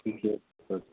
ठीके छै तब